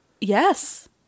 Yes